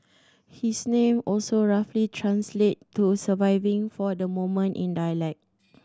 his name also roughly translate to surviving for the moment in dialect